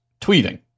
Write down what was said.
tweeting